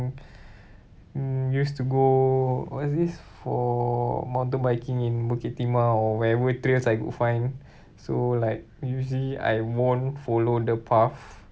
mm used to go what's this for mountain biking in bukit timah or wherever trails I find so like usually I won't follow the path